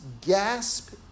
gasp